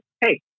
Hey